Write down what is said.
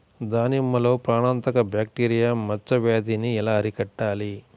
దానిమ్మలో ప్రాణాంతక బ్యాక్టీరియా మచ్చ వ్యాధినీ ఎలా అరికట్టాలి?